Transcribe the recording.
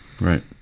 right